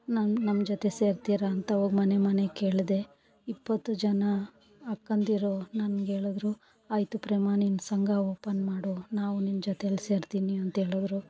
ನನ್ನ ನಮ್ಮ ಜೊತೆ ಸೇರ್ತೀರ ಅಂತ ಹೋಗ್ ಮನೆ ಮನೆ ಕೇಳಿದೆ ಇಪ್ಪತ್ತು ಜನ ಅಕ್ಕಂದಿರು ನನ್ಗೇಳಿದ್ರು ಆಯಿತು ಪ್ರೇಮ ನೀನು ಸಂಘ ಓಪನ್ ಮಾಡು ನಾವು ನಿನ್ನ ಜೊತೇಲಿ ಸೇರ್ತಿನಿ ಅಂತೇಳಿದ್ರು